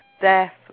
death